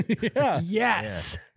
yes